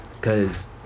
cause